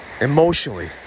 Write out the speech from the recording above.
emotionally